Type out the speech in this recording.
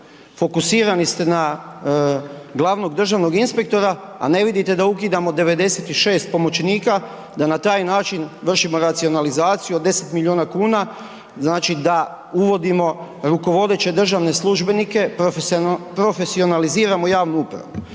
Fokusirani ste na glavnog državnog inspektora a ne vidite da ukidamo 96 pomoćnika, da na taj način vršimo racionalizaciju od 10 milijuna kuna, znači da uvodimo rukovodeće državne službenike, profesionaliziramo javnu upravu.